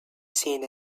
seen